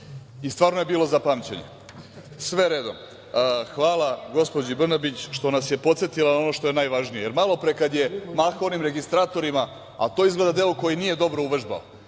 i stvarno je bilo za pamćenje, sve redom. Hvala gospođi Brnabić što nas je podsetila na ono što je najvažnije, jer malopre kada je mahao onim registratorima, a to je izgleda deo koji nije dobro uvežbao,